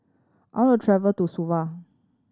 I want to travel to Suva